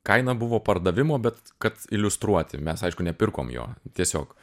kaina buvo pardavimo bet kad iliustruoti mes aišku nepirkom jo tiesiog